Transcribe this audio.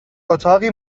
اتاقی